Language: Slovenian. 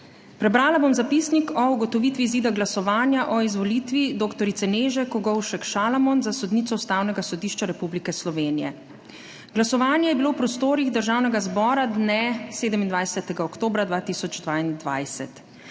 Prebrala bom zapisnik o ugotovitvi izida glasovanja o izvolitvi dr. Neže Kogovšek Šalamon za sodnico Ustavnega sodišča Republike Slovenije. Glasovanje je bilo v prostorih Državnega zbora dne 27. oktobra 2022.